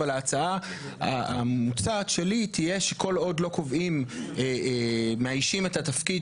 אבל ההצעה המוצעת שלי תהיה שכל עוד לא מאיישים את התפקיד